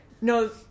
No